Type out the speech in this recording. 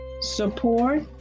support